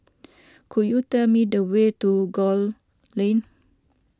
could you tell me the way to Gul Lane